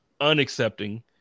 unaccepting